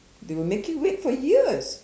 they will make you wait for years